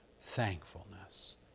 thankfulness